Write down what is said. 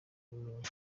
ubumenyi